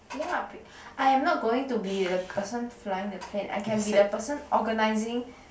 yup I am not going to be the person flying the plane I can be the person organising